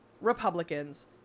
Republicans